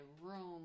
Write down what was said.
room